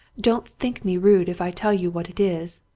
don't think me rude if i tell you what it is.